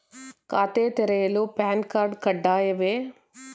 ಖಾತೆ ತೆರೆಯಲು PAN card ಕಡ್ಡಾಯವೇ?